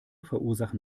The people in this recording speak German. verursachen